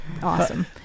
Awesome